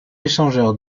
échangeur